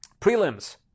Prelims